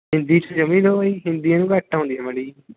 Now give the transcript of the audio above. ਹਿੰਦੀ 'ਚ ਜਮਾਂ ਹੀ ਲੋਅ ਆ ਜੀ ਹਿੰਦੀ ਇਹਨੂੰ ਘੱਟ ਆਉਂਦੀ ਮਾੜੀ ਜੀ